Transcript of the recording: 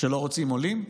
שלא רוצים עולים?